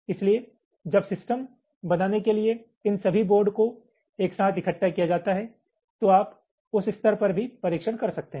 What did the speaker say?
इसलिए जब सिस्टम बनाने के लिए इन सभी बोर्ड को एक साथ इकट्ठा किया जाता है तो आप उस स्तर पर भी परीक्षण कर सकते हैं